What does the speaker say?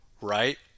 right